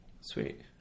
Sweet